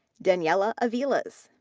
daniela aviles,